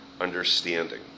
understanding